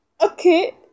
okay